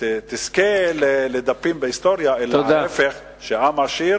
תזכה לדפים בהיסטוריה, אלא להיפך, עם עשיר